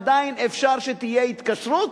עדיין אפשר שתהיה התקשרות.